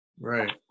right